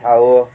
ଆଉ